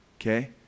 okay